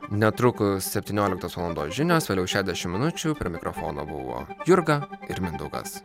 netrukus septynioliktos valandos žinios vėliau šešiasdešim minučių prie mikrofono buvo jurga ir mindaugas